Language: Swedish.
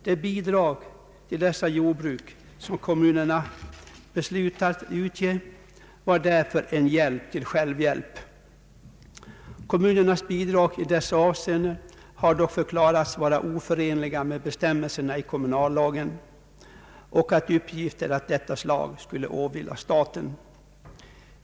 De bidrag till dessa jordbruk som kommunerna beslutat utge var därför en hjälp till självhjälp. Det har dock förklarats att dessa bidrag skulle vara oförenliga med bestämmelserna i kommunallagen och att uppgifter av dessa slag skulle åvila staten.